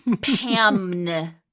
pam